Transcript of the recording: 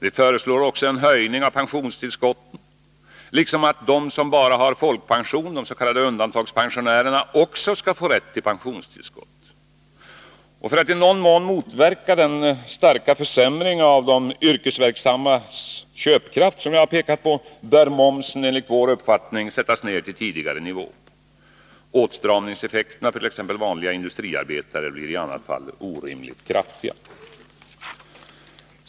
Vi föreslår också en höjning av pensionstillskotten liksom att de som bara har folkpension, de s.k. undantagandepensionärerna, också skall få rätt till pensionstillskott. För att i någon mån motverka den starka försämring av de yrkesverksammas köpkraft som jag har pekat på, bör momsen enligt vår uppfattning sättas ner till tidigare nivå. Åtstramningseffekterna för t.ex. vanliga industriarbetare blir i annat fall orimligt kraftiga.